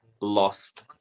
lost